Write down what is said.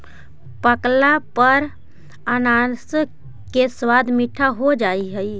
पकला पर अनानास के स्वाद मीठा हो जा हई